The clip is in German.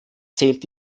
zählt